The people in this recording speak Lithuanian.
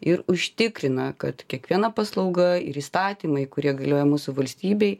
ir užtikrina kad kiekviena paslauga ir įstatymai kurie galioja mūsų valstybėj